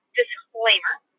disclaimer